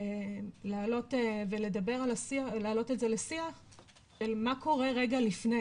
להעלות את זה לשיח אל מה קורה רגע לפני,